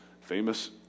famous